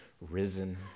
risen